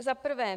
Za prvé.